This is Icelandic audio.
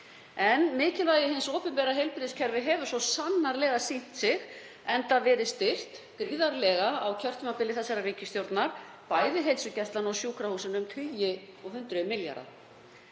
Mikilvægi hins opinbera heilbrigðiskerfis hefur svo sannarlega sýnt sig enda verið styrkt gríðarlega á kjörtímabili þessarar ríkisstjórnar, bæði heilsugæslan og sjúkrahúsin um tugi og hundruð milljarða.